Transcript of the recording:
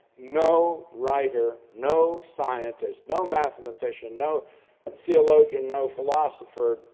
no writer, no scientist, no mathematician, no and theologian, no philosopher,